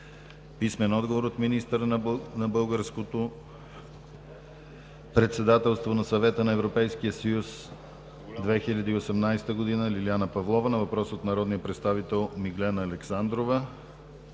Росен Иванов; - министъра на българското председателство на Съвета на Европейския съюз 2018 г. Лиляна Павлова на въпрос от народния представител Миглена Александрова;